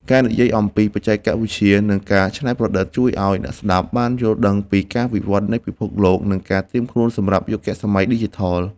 ការនិយាយអំពី បច្ចេកវិទ្យា និងការច្នៃប្រឌិត ជួយឱ្យអ្នកស្ដាប់បានយល់ដឹងពីការវិវត្តនៃពិភពលោក និងការត្រៀមខ្លួនសម្រាប់យុគសម័យឌីជីថល។